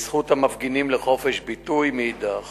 וזכות המפגינים לחופש ביטוי מאידך